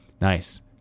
Nice